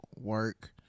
work